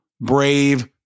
brave